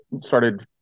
started